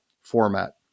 format